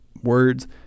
words